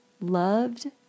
loved